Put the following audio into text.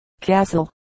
Castle